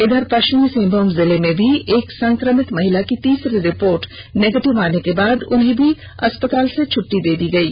इधर पष्चिमी सिंहभूम जिले में भी एक संक्रमित महिला की तीसरी रिपोर्ट भी निगेटिव आने के बाद को आज उन्हें अस्पताल से छुट्टी दे दी गयी